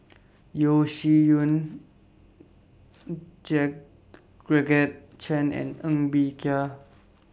Yeo Shih Yun Georgette Chen and Ng Bee Kia